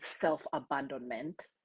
self-abandonment